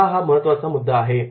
स्पर्धा हाच महत्त्वाचा मुद्दा आहे